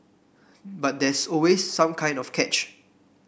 but there's always some kind of catch